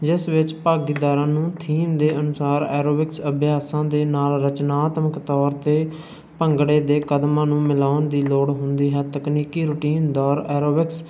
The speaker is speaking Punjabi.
ਜਿਸ ਵਿੱਚ ਭਾਗੀਦਾਰਾਂ ਨੂੰ ਥੀਮ ਦੇ ਅਨੁਸਾਰ ਐਰੋਬਿਕਸ ਅਭਿਆਸਾਂ ਦੇ ਨਾਲ ਰਚਨਾਤਮਕ ਤੌਰ 'ਤੇ ਭੰਗੜੇ ਦੇ ਕਦਮਾਂ ਨੂੰ ਮਿਲਾਉਣ ਦੀ ਲੋੜ ਹੁੰਦੀ ਹੈ ਤਕਨੀਕੀ ਰੂਟੀਨ ਦੌਰ ਐਰੋਬਿਕਸ